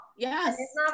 Yes